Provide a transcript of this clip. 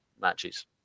matches